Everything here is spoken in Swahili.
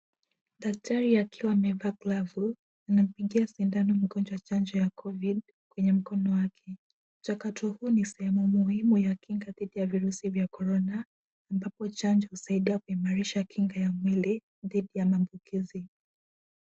Daktari akiwa amevaa glavu anampiga sindano mgonjwa chanjo ya covid kwenye mkono wake. Mchakato huu ni sehemu muhimu ya kinga dhidi ya virusi vya corona ambapo chanjo husaidia kuimarisha kinga ya mwili dhidi ya maambukizi.